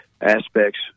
aspects